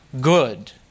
good